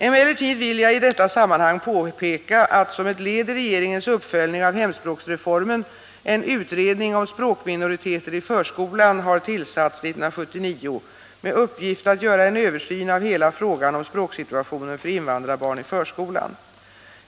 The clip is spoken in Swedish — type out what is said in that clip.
Emellertid vill jag i detta sammanhang påpeka att, som ett led i regeringens uppföljning av hemspråksreformen, en utredning om språkminoriteter i förskolan har tillsatts 1979 med uppgift att göra en översyn av hela frågan om språksituationen för invandrarbarn i förskolan.